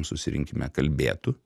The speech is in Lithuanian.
susirinkime kalbėtų